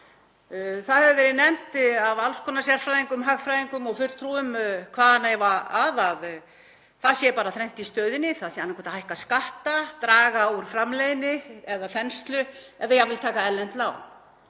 Það hefur verið nefnt af alls konar sérfræðingum, hagfræðingum og fulltrúum hvaðanæva að að það sé bara þrennt í stöðunni; þ.e. annaðhvort að hækka skatta, draga úr framleiðni eða þenslu eða jafnvel taka erlend lán.